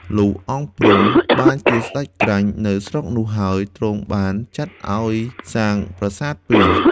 លុះ អង្គព្រំ បានជាសេ្តចក្រាញ់ នៅស្រុកនោះហើយទ្រង់បានចាត់ឲ្យសាងប្រាសាទពីរ។